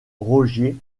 rogier